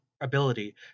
ability